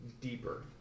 Deeper